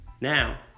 now